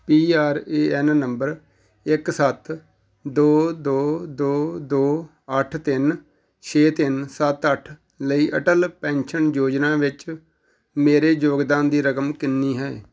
P R A N ਨੰਬਰ ਇੱਕ ਸੱਤ ਦੋ ਦੋ ਦੋ ਦੋ ਅੱਠ ਤਿੰਨ ਛੇ ਤਿੰਨ ਸੱਤ ਅੱਠ ਲਈ ਅਟਲ ਪੈਨਸ਼ਨ ਯੋਜਨਾ ਵਿੱਚ ਮੇਰੇ ਯੋਗਦਾਨ ਦੀ ਰਕਮ ਕਿੰਨੀ ਹੈ